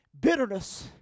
bitterness